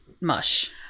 mush